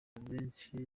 benshi